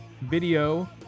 video